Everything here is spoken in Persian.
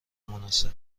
مناسب